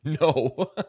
No